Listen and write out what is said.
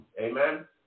Amen